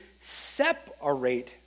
separate